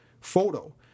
photo